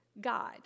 God